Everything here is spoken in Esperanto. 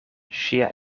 ŝia